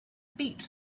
beat